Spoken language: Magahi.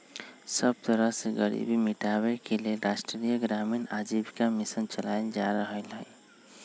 सब तरह से गरीबी मिटाबे के लेल राष्ट्रीय ग्रामीण आजीविका मिशन चलाएल जा रहलई ह